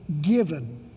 given